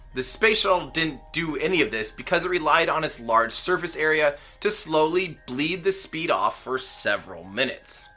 the space shuttle didn't do any of this because it relied on its large surface area to slowly bleed the speed off for several minutes.